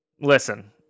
Listen